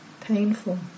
painful